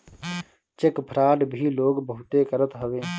check fraud भी लोग बहुते करत हवे